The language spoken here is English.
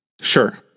Sure